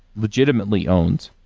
legitimately owns.